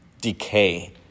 decay